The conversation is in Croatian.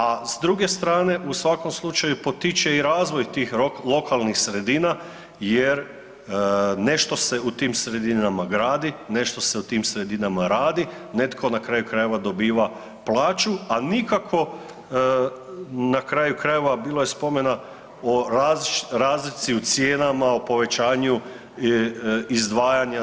A s druge strane u svakom slučaju potiče i razvoj tih lokalnih sredina jer nešto se u tim sredinama gradi, nešto se u tim sredinama radi, netko na kraju krajeva dobiva plaću, a nikako na kraju krajeva bilo je spomena o razlici u cijenama, o povećanju izdvajanja za stanove itd.